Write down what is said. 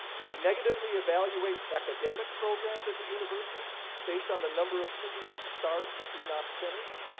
do we negatively evaluate academic programs at the university based on the number of students who start but do not finish?